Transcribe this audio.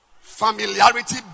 Familiarity